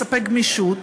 מספק גמישות